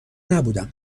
نبودم